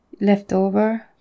leftover